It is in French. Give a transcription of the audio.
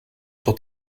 sur